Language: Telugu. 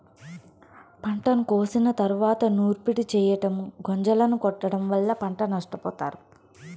పంటను కోసిన తరువాత నూర్పిడి చెయ్యటం, గొంజలను కొట్టడం వల్ల పంట నష్టపోతారు